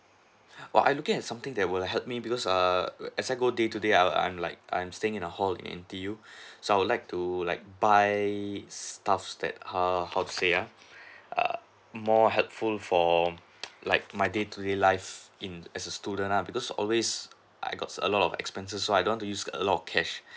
oh I looking at something that will help me because err as I go day to day I'm I'm like I'm staying in a hall in M_T_U so I would like to like buy stuffs that err how to say uh err more helpful for like my day to day life in as a student lah because always I got a lot of expenses so I don't use a lot of cash